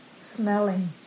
smelling